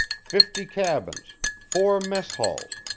fifty cabins, four mess-halls,